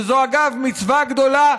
שזו אגב מצווה גדולה,